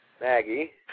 Maggie